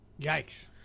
Yikes